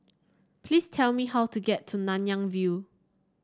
please tell me how to get to Nanyang View